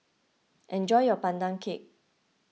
enjoy your Pandan Cake